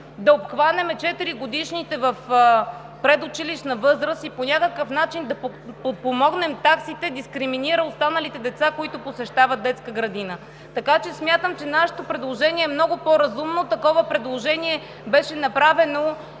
да обхванем 4 годишните в предучилищна възраст и по някакъв начин да подпомогнем таксите, дискриминира останалите деца, които посещават детска градина. Смятам, че нашето предложение е много по-разумно. Такова предложение беше направено